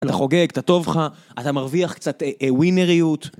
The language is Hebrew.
אתה חוגג, אתה טוב לך, אתה מרוויח קצת ווינריות.